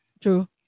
true